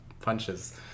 punches